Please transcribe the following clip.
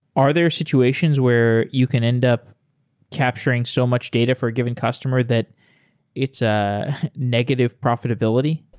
are there situations where you can end up capturing so much data for a given customer that it's a negative profitability?